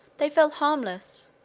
they fell harmless,